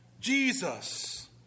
Jesus